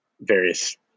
various